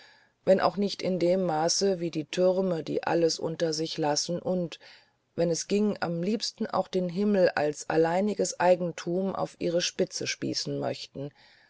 wenn auch nicht in dem maße wie die türme die alles unter sich lassen und wenn es ginge am liebsten auch den himmel als alleiniges eigentum auf ihre spitze spießen möchten